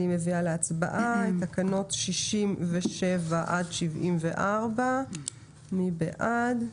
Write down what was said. אני מעלה להצבעה את תקנות מספר 67 עד 74. מי בעד?